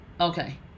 okay